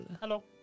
Hello